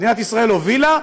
מדינת ישראל הובילה,